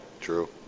True